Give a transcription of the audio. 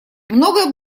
многое